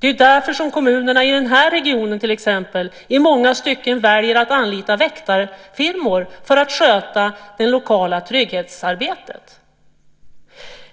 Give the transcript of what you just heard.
Det är därför som kommunerna i till exempel den här regionen i många stycken väljer att anlita väktarfirmor för att sköta det lokala trygghetsarbetet.